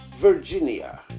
Virginia